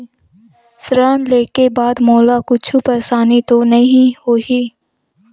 ऋण लेके बाद मोला कुछु परेशानी तो नहीं होही?